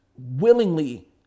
willingly